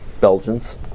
Belgians